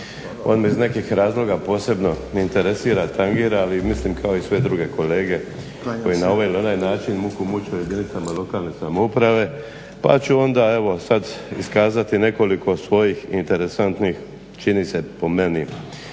On me iz nekih razloga posebno interesira, tangira ali mislim kao i sve druge kolege koji na ovaj ili na onaj način muku muče u jedinicama lokalne samouprave pa ću onda evo sad iskazati nekoliko svojih interesantnih čini se po meni